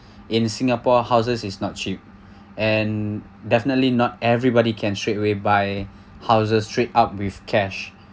in singapore houses is not cheap and definitely not everybody can straight away buy houses straight up with cash